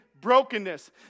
brokenness